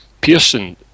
Pearson